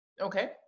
Okay